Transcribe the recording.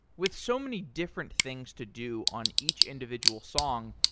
with so many different things to do on each individual song,